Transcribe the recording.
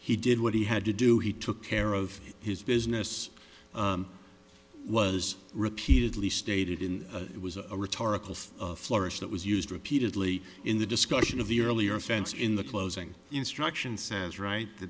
he did what he had to do he took care of his business was repeatedly stated in it was a rhetorical flourish that was used repeatedly in the discussion of the earlier offense in the closing instruction says right the